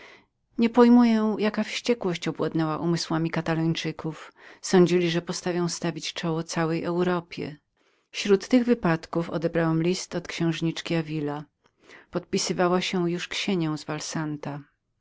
bezskutecznemi niepojmuję jaka wściekłość owładnęła umysłami katalończyków sądzili że potrafią stawić czoło całej europie śród tych wypadków odebrałem list od księżniczki davila podpisywała się już ksienią z